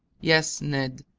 yes, ned,